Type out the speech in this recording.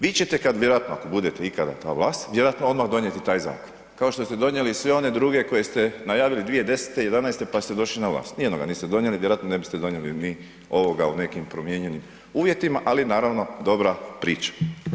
Vi ćete vjerojatno ako budete ikada na vlasti, vjerojatno odmah donijeti taj zakon kao što ste donijeli i sve one druge koje ste najavili 2010. i 2011. pa ste došli na vlast, nijednoga niste donijeli, vjerojatno ne biste ni donijeli ni ovoga u nekim promijenjenim uvjetima ali naravno dobra priča.